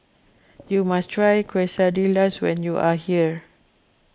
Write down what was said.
you must try Quesadillas when you are here